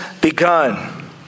begun